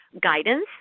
guidance